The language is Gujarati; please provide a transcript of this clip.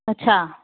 અચ્છા